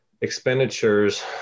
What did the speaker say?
expenditures